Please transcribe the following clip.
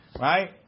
right